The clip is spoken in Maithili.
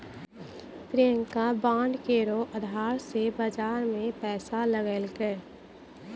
प्रियंका बांड केरो अधार से बाजार मे पैसा लगैलकै